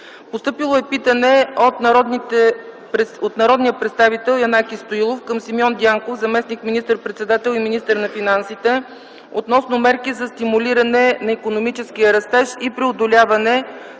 2010 г.; - питане от народния представител Янаки Стоилов към Симеон Дянков – заместник министър-председател и министър на финансите, относно мерки за стимулиране на икономическия растеж и преодоляване